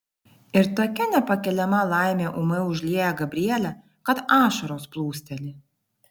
ir tokia nepakeliama laimė ūmai užlieja gabrielę kad ašaros plūsteli